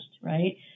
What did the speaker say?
right